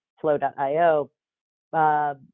flow.io